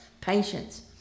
patience